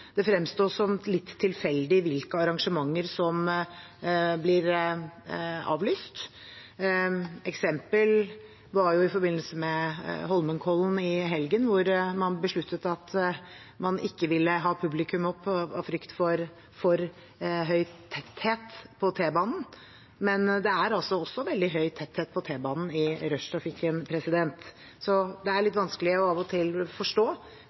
Det fremstår som litt tilfeldig hvilke arrangementer som blir avlyst. Et eksempel var Holmenkollen i helgen, der man besluttet at man ikke ville ha publikum opp av frykt for for høy tetthet på T-banen. Men det er også veldig høy tetthet på T-banen i rushtrafikken. Så det er litt vanskelig av og til å forstå